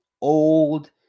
old